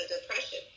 depression